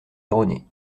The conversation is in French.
erroné